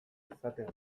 izaten